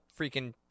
freaking